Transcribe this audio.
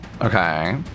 Okay